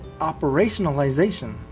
Operationalization